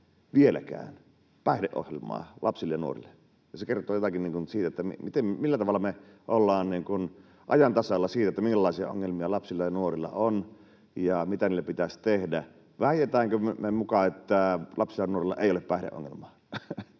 vieläkään päihdeohjelmaa lapsille ja nuorille. Se kertoo jotakin siitä, millä tavalla me ollaan ajan tasalla siitä, millaisia ongelmia lapsilla ja nuorilla on ja mitä niille pitäisi tehdä. Väitetäänkö me muka, että lapsilla ja nuorilla ei ole päihdeongelmaa?